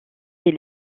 des